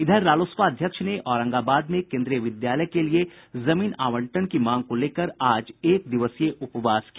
इधर रालोसपा अध्यक्ष ने औरंगाबाद में केन्द्रीय विद्यालय के लिए जमीन आवंटन की मांग को लेकर आज एक दिवसीय उपवास किया